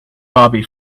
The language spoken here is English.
bobby